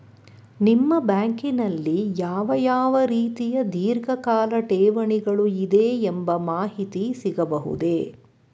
ನಿಮ್ಮ ಬ್ಯಾಂಕಿನಲ್ಲಿ ಯಾವ ಯಾವ ರೀತಿಯ ಧೀರ್ಘಕಾಲ ಠೇವಣಿಗಳು ಇದೆ ಎಂಬ ಮಾಹಿತಿ ಸಿಗಬಹುದೇ?